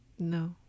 no